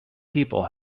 people